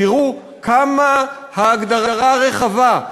תראו כמה ההגדרה רחבה,